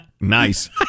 Nice